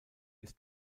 ist